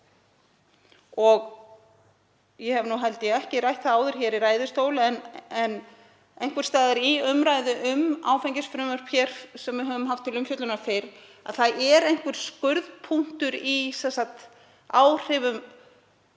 að ég hafi ekki rætt það áður hér í ræðustól en einhvers staðar í umræðu um áfengisfrumvörp sem við höfum haft til umfjöllunar fyrr er einhver skurðpunktur í áhrifum